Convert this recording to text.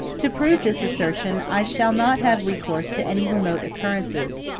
to prove this assertion i shall not have recourse to any remote occurrences,